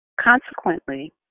Consequently